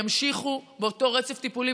ימשיכו באותו רצף טיפולי,